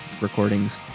recordings